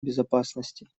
безопасности